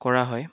কৰা হয়